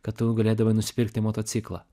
kad tu galėdavai nusipirkti motociklą